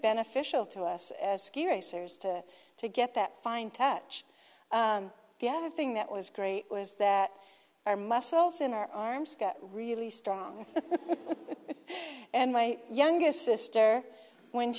beneficial to us as ski racers to to get that fine touch the other thing that was great was that our muscles in our arms got really strong and my youngest sister when